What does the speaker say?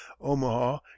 Omaha